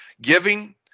Giving